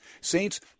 Saints